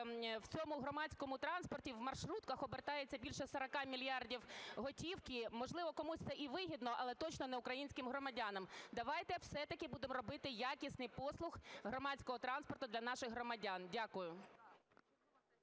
в цьому громадському транспорті, в маршрутках обертається більше 40 мільярдів готівки, можливо, комусь це і вигідно, але точно не українським громадянам. Давайте все-таки будемо робити якісний послуг громадського транспорту для наших громадян. Дякую.